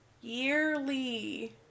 Yearly